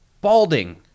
balding